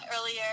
earlier